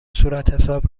صورتحساب